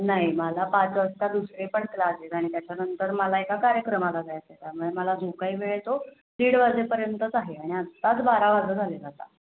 नाही मला पाच वाजता दुसरे पण क्लास आहेत आणि त्याच्यानंतर मला एका कार्यक्रमाला जायचं आहे त्यामुळे मला जो काही वेळ तो दीड वाजेपर्यंतच आहे आणि आत्ताच बारा वाजत आलेत आता